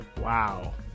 Wow